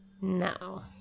No